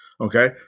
okay